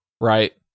right